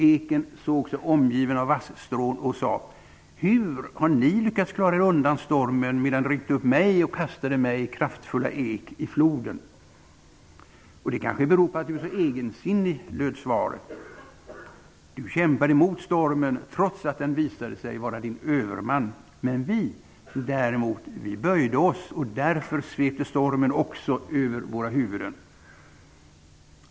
Eken såg sig omgiven av vasstrån och sade: -- Hur har ni lyckats klara er undan stormen, medan den ryckte upp mig och kastade mig, kraftfulla ek, i floden? -- Det kanske beror på att du är så egensinnig, löd svaret. -- Du kämpade mot stormen trots att den visade sig vara din överman. Men vi, däremot, vi böjde oss, och därför svepte stormen också över våra huvuden.